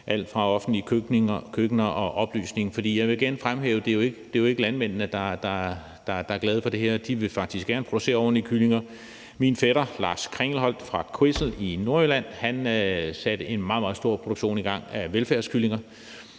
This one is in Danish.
alt fra offentlige køkkener til oplysning. For jeg vil igen fremhæve, at det jo ikke er landmændene, der er glade for det her. De vil faktisk gerne producere ordentlige kyllinger. Min fætter Lars Kringelholt fra Kvissel i Nordjylland satte en meget, meget stor produktion i gangaf velfærdskyllinger.